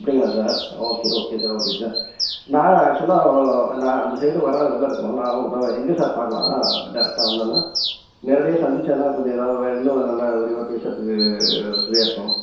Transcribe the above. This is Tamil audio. அப்படீங்களா sir okay okay sir okay sir நான் ஆக்ச்சுவலா நான் அந்த சைடு வர்ற வேலை இருக்கும் நான் நான் எங்கே சார் பார்க்கலாம் டைரக்டாக வந்தன்னா நேரடியாக சந்திச்சால் தான் கொஞ்சம் ஏதாவது இன்னும் நல்ல விரிவாஜெ பேசுறதுக்கு வசதியாக இருக்கும்